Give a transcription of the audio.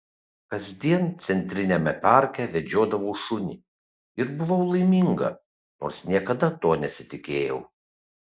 kasdien centriniame parke vedžiodavau šunį ir buvau laiminga nors niekada to nesitikėjau